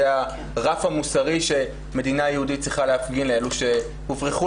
זה הרף המוסרי שמדינה יהודית צריכה להפגין לאלה שהוברחו